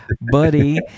buddy